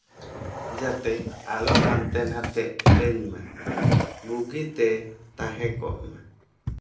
ᱡᱟᱛᱮ ᱟᱞᱚ ᱦᱟᱱᱛᱮ ᱱᱟᱛᱮᱜ ᱛᱤᱧ ᱢᱟ ᱵᱩᱜᱤ ᱛᱮ ᱛᱟᱦᱮᱸ ᱠᱚᱜ ᱢᱟ